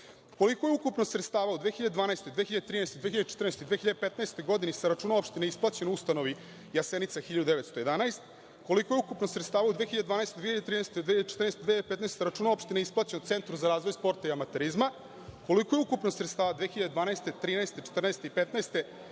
Koliko je ukupno sredstava od 2012, 2013, 2014. i 2015. godine sa računa opštine isplaćeno ustanovi „Jasenica 1911“? Koliko je ukupno sredstava u 2012, 2013, 2014. i 2015. godini sa računa opštine isplaćeno Centru za razvoj sporta i amaterizma? Koliko je ukupno sredstava 2012, 2013, 2014. i 2015. godine